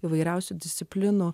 įvairiausių disciplinų